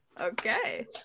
okay